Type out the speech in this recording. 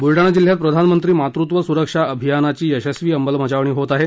बुलडाणा जिल्ह्यात प्रधानमंत्री मातृत्व सुरक्षा अभियानाची यशस्वी अंमलबजावणी होत आहे